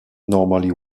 normally